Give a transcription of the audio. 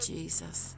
Jesus